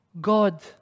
God